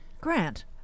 Grant